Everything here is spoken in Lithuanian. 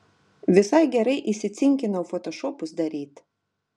visai gerai įsicinkinau fotošopus daryt